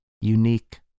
unique